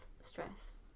stress